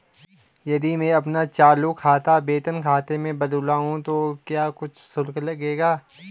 यदि मैं अपना चालू खाता वेतन खाते में बदलवाऊँ तो क्या कुछ शुल्क लगेगा?